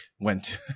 went